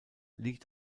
liegt